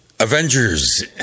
Avengers